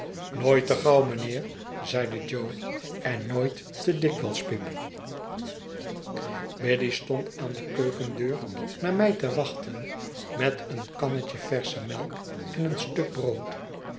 nooit te gauw mijnheer zeide jo en nooit te dikwijls pip biddy stond aan de keukendeur naar mij te wachten met een kannetje versche melk en een stuk brood